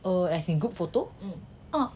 err as in group photo